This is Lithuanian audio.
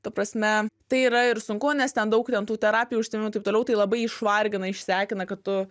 ta prasme tai yra ir sunku nes ten daug ten tų terapijų užsiėmimų taip toliau tai labai išvargina išsekina kad tu